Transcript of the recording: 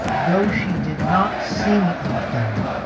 though she did not sing in the film.